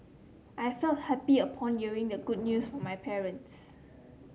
I felt happy upon hearing the good news from my parents